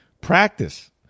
practice